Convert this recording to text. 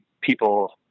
people